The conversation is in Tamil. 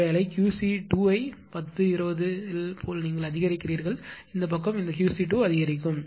ஒருவேளை QC2 ஐப் 10 20 இல் போல் நீங்கள் அதிகரிக்கிறீர்கள் இந்தப் பக்கம் இந்த QC2 அதிகரிக்கும்